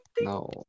No